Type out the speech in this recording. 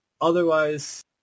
Otherwise